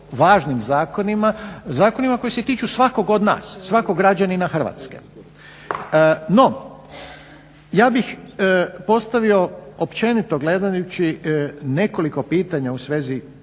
važnim zakonima, zakonima koji se tiču svakog od nas, svakog građanina Hrvatske. No, ja bih postavio općenito gledajući nekoliko pitanja u svezi ovih